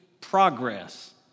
progress